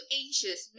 anxious